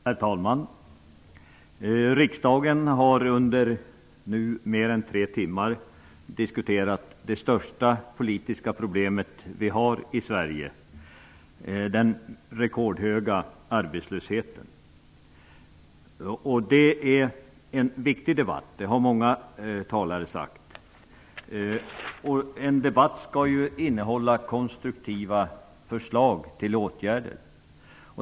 Herr talman! Riksdagen har nu under mer än tre timmar diskuterat det största politiska problem som vi har i Sverige: den rekordhöga arbetslösheten. Det är en viktig debatt. Det har många talare sagt. En debatt skall innehålla konstruktiva förslag till åtgärder.